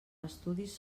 estudis